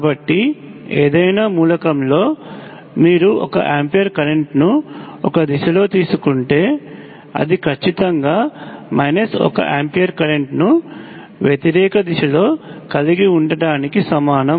కాబట్టి ఏదైనా మూలకంలో మీరు 1 ఆంపియర్ కరెంట్ను ఒక దిశలో తీసుకుంటే అది ఖచ్చితంగా మైనస్ 1 ఆంపియర్ కరెంట్ను వ్యతిరేక దిశలో కలిగి ఉండటానికి సమానం